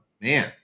man